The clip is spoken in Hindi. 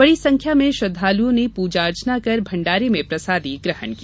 बड़ी संख्या में श्रद्वालुओं ने पूजा अर्चना कर भण्डारे में प्रसादी ग्रहण की